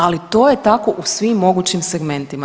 Ali to je tako u svim mogućim segmentima.